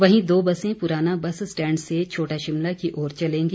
वहीं दो बसें पुराना बस स्टैंड से छोटा शिमला की ओर चलेंगी